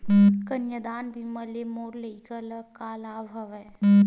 कन्यादान बीमा ले मोर लइका ल का लाभ हवय?